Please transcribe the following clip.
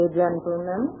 gentlemen